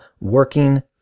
Working